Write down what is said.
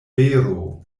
vero